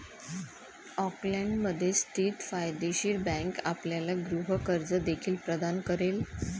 ऑकलंडमध्ये स्थित फायदेशीर बँक आपल्याला गृह कर्ज देखील प्रदान करेल